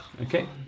Okay